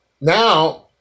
now